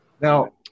Now